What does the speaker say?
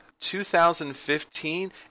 2015